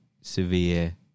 severe